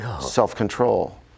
self-control